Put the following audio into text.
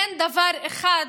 אין דבר אחד,